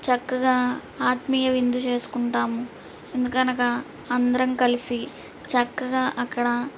చక్కగా ఆత్మీయ విందు చేసుకుంటాము ఎందుకనగా అందరం కలిసి చక్కగా అక్కడ